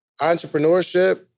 entrepreneurship